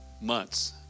months